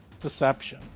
deception